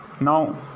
Now